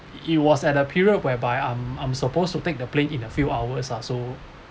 it was at a period whereby I'm I'm supposed to take the plane in a few hours lah so